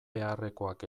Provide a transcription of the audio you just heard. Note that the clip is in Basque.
beharrekoak